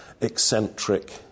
eccentric